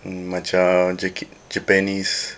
macam jacket japanese